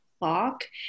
lock